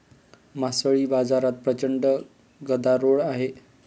मासळी बाजारात प्रचंड गदारोळ आहे